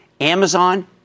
Amazon